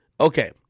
okay